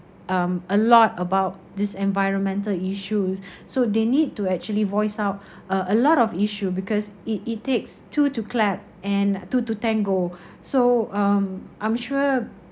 um a lot about this environmental issue so they need to actually voice out a a lot of issue because it it takes two to clap and two to tango so um I'm sure